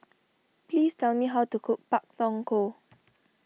please tell me how to cook Pak Thong Ko